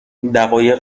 دقایق